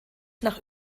nach